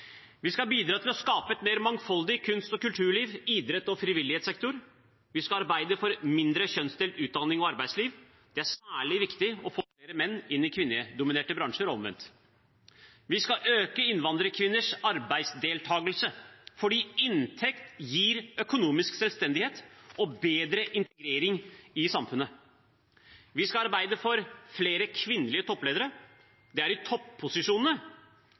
Vi skal bidra til å skape et mer mangfoldig kunst- og kulturliv, en mangfoldig idretts- og frivillighetssektor, vi skal arbeide for mindre kjønnsdelt utdanning og arbeidsliv – det er særlig viktig å få flere menn i kvinnedominerte bransjer og omvendt. Vi skal øke innvandrerkvinners arbeidsdeltakelse fordi inntekt gir økonomisk selvstendighet og bedre integrering i samfunnet. Vi skal arbeide for flere kvinnelige toppledere. Det er i